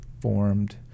formed